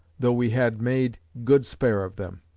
though we had made good spare of them.